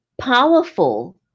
powerful